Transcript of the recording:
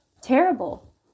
Terrible